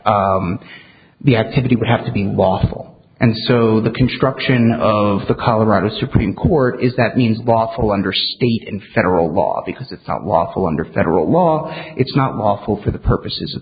that the activity would have to be lawful and so the construction of the colorado supreme court is that means lawful under state in federal law because it's not lawful under federal law it's not lawful for the purposes of